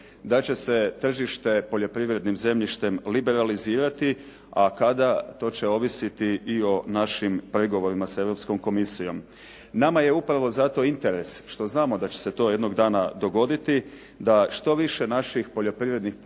da će se tržište poljoprivrednim zemljištem liberalizirati a kada to će ovisiti i o našim pregovorima sa Europskom komisijom. Nama je upravo zato interes što znamo da će se to jednoga dana dogoditi da što više naših poljoprivrednih proizvođača